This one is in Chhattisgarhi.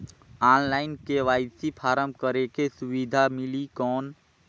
ऑनलाइन के.वाई.सी फारम करेके सुविधा मिली कौन?